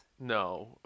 no